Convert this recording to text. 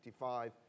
1955